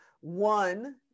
one